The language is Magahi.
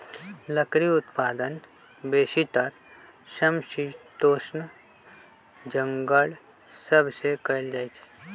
लकड़ी उत्पादन बेसीतर समशीतोष्ण जङगल सभ से कएल जाइ छइ